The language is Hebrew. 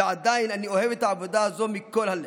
ועדיין אני אוהב את העבודה הזו מכל הלב.